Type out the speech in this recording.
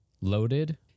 Loaded